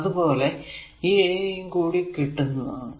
അതുപോലെ ഈ aa യും കിട്ടുന്നതാണ്